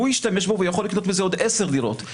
השתמש בו ויכול לקנות בו עוד עשר דירות.